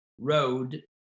road